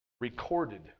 recorded